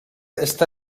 està